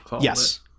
Yes